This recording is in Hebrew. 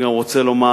אני גם רוצה לומר,